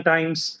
Times